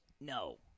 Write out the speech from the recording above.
No